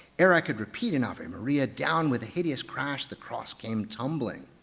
ere i could repeat an ave maria down with a hideous crash the cross came tumbling.